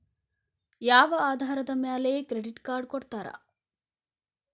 ಯಾವ ಆಧಾರದ ಮ್ಯಾಲೆ ಕ್ರೆಡಿಟ್ ಕಾರ್ಡ್ ಕೊಡ್ತಾರ?